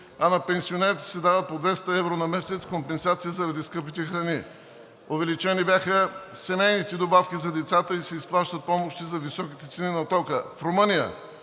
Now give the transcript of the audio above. а на пенсионерите се дават по 200 евро на месец компенсация заради скъпите храни. Увеличени бяха семейните добавки за децата и се изплащат помощи за високите цени на тока. В Румъния